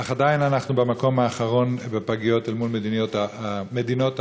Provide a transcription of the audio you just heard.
אך עדיין אנחנו במקום האחרון בפגיות אל מול מדינות ה-OECD.